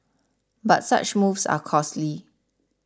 but such moves are costly